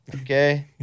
Okay